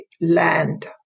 land